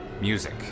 music